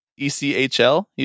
ECHL